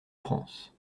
france